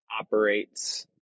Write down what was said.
operates